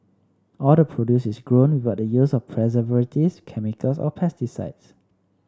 all the produce is grown with the use of preservatives chemicals or pesticides